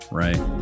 right